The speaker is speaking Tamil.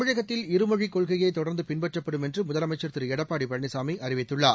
தமிழகத்தில் இருமொழிக் கொள்கையே தொடர்ந்து பின்பற்றப்படும் என்று முதலமைச்சா் திரு எடப்பாடி பழனிசாமி அறிவித்துள்ளார்